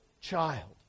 child